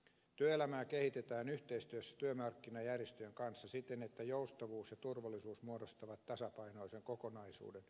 työelämää kehitetään yhteistyössä työmarkkinajärjestöjen kanssa siten että joustavuus ja turvallisuus muodostavat tasapainoisen kokonaisuuden